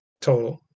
total